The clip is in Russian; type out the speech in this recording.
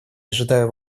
ожидаю